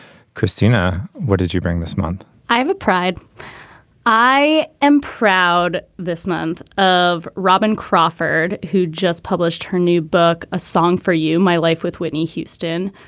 christina what did you bring this month i have a pride i am proud this month of robin crawford who just published her new book a song for you my life with whitney houston.